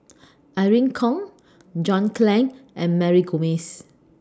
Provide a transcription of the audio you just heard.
Irene Khong John Clang and Mary Gomes